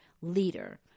leader